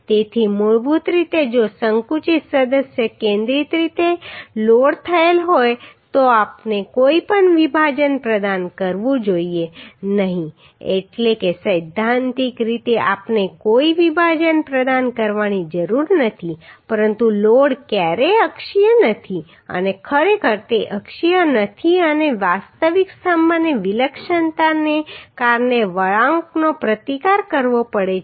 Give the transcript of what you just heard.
તેથી મૂળભૂત રીતે જો સંકુચિત સદસ્ય કેન્દ્રિત રીતે લોડ થયેલ હોય તો આપણે કોઈપણ વિભાજન પ્રદાન કરવું જોઈએ નહીં એટલે કે સૈદ્ધાંતિક રીતે આપણે કોઈ વિભાજન પ્રદાન કરવાની જરૂર નથી પરંતુ લોડ ક્યારેય અક્ષીય નથી અને ખરેખર તે અક્ષીય નથી અને વાસ્તવિક સ્તંભને વિલક્ષણતાને કારણે વળાંકનો પ્રતિકાર કરવો પડે છે